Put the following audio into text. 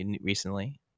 recently